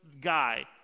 guy